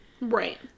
Right